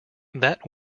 that